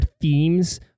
themes